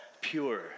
pure